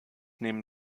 neben